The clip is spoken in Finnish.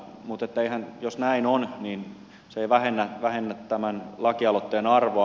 mutta jos näin on niin se ei vähennä tämän lakialoitteen arvoa